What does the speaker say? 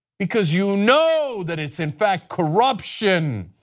because you know that it's in fact corruption,